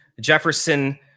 Jefferson